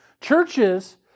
churches